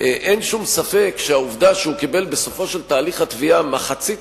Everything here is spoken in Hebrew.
אין שום ספק שהעובדה שהוא קיבל בסופו של תהליך התביעה מחצית